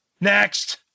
next